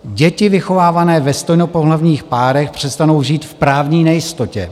Děti vychovávané ve stejnopohlavních párech přestanou žít v právní nejistotě.